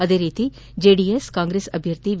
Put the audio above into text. ಅದೇ ರೀತಿ ಜೆಡಿಎಸ್ ಕಾಂಗ್ರೆಸ್ ಅಭ್ಯರ್ಥಿ ವಿ